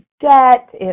debt